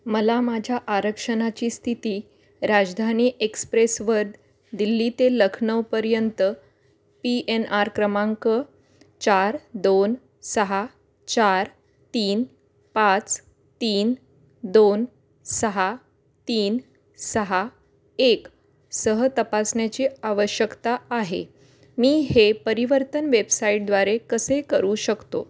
मला माझ्या आरक्षणाची स्थिती राजधानी एक्सप्रेसवर दिल्ली ते लखनऊपर्यंत पी एन आर क्रमांक चार दोन सहा चार तीन पाच तीन दोन सहा तीन सहा एक सह तपासण्याची आवश्यकता आहे मी हे परिवर्तन वेबसाईटद्वारे कसे करू शकतो